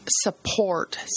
support